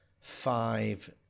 five